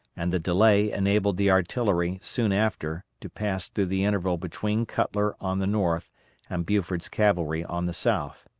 and the delay enabled the artillery soon after to pass through the interval between cutler on the north and buford's cavalry on the south.